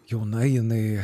jauna jinai